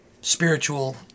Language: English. spiritual